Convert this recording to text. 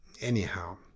Anyhow